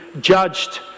judged